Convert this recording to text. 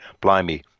blimey